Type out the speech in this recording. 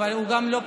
לא פה.